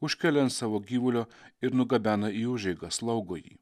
užkelia ant savo gyvulio ir nugabena į užeigą slaugo jį